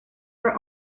were